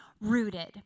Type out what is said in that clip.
rooted